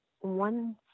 One